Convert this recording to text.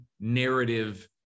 narrative